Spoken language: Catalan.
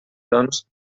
doncs